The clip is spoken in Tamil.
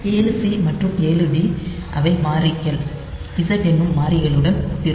7 சி மற்றும் 7 டி அவை மாறிகள் Z என்னும் மாறிகளுடன் ஒத்திருக்கும்